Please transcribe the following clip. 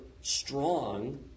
strong